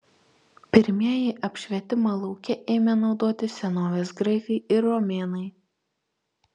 pirmieji apšvietimą lauke ėmė naudoti senovės graikai ir romėnai